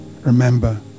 remember